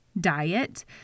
diet